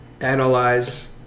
Analyze